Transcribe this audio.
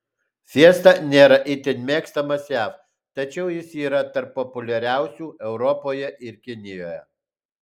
fiesta nėra itin mėgstamas jav tačiau jis yra tarp populiariausių europoje ir kinijoje